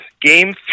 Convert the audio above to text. game